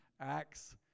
Acts